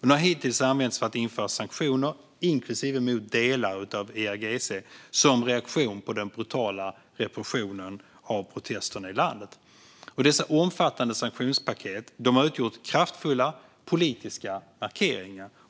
Den har hittills använts för att införa sanktioner - inklusive sanktioner mot delar av IRGC - som en reaktion på den brutala repressionen av protesterna i landet. Dessa omfattande sanktionspaket har utgjort kraftfulla politiska markeringar.